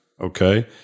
okay